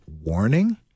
warning